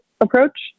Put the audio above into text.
approach